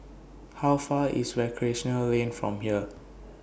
How Far IS Recreational Lane from here